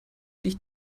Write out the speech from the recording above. dich